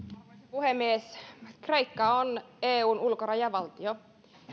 puhemies kreikka on eun ulkorajavaltio